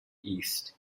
east